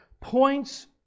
points